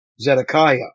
Zedekiah